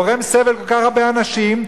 גורם סבל לכל כך הרבה אנשים,